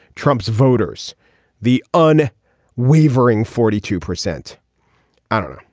trump's voters the un wavering forty two percent i don't know.